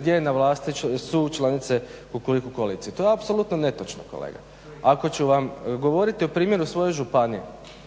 gdje na vlasti su članice Kukuriku koalicije. To je apsolutno netočno kolega. Ako ću vam govoriti o primjeru svoje županije